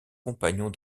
compagnons